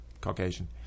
caucasian